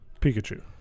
Pikachu